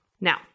Now